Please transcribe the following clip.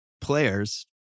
players